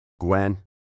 Gwen